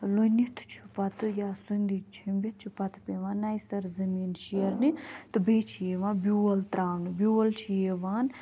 لوٗنِتھ چھِ پَتہٕ یا سنٛدِج چۄمبِتھ چھِ پَتہٕ پٚیوان نایہِ سرٕ زٔمین شیرنہِ تہٕ بیٚیہِ چھِ یِوان بیول ترٛاونہٕ بیول چھُ یوان